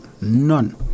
None